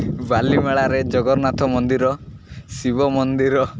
ବାଲିମେଳାରେ ଜଗନ୍ନାଥ ମନ୍ଦିର ଶିବ ମନ୍ଦିର